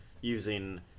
using